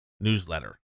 newsletter